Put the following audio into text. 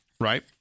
Right